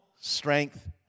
strength